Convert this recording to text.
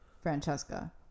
Francesca